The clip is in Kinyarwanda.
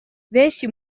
benshi